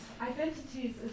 identities